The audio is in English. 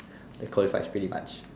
that qualifies pretty much